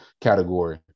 category